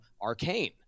arcane